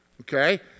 Okay